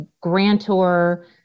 grantor